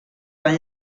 van